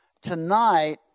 Tonight